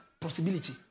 possibility